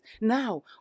Now